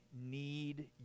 need